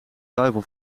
duivel